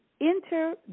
enter